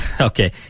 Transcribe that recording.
Okay